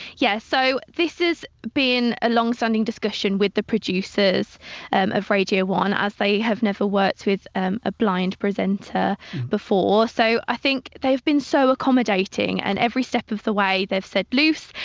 yeah, so this has been a longstanding discussion with the producers of radio one as they have never worked with ah a blind presenter before. so, i think, they've been so accommodating and every step of the way they've said luce,